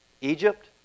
Egypt